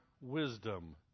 wisdom